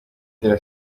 itera